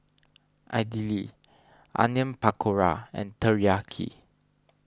Idili Onion Pakora and Teriyaki